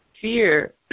fear